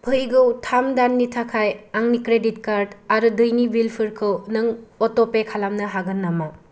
फैगौ थाम दाननि थाखाय आंनि क्रेडिट कार्ड आरो दैनि बिलफोरखौ नों अट'पे खालामनो हागोन नामा